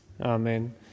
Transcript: Amen